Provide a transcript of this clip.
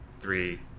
three